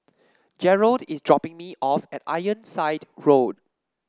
Jerrold is dropping me off at Ironside Road